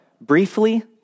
briefly